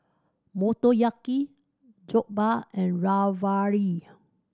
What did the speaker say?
Motoyaki Jokbal and Ravioli